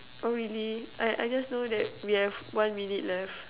oh really I I just know that we have one minute left